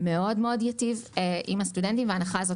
מאוד מאוד ייטיב עם הסטודנטים וההנחה הזאת